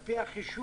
על פי החישוב,